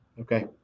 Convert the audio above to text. Okay